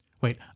wait